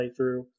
playthrough